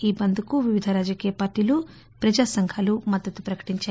ఈ బంద్ కు వివిధ రాజకీయ పార్టీలు ప్రజాసంఘాలు మద్దతు ప్రకటించాయి